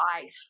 life